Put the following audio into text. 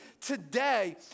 today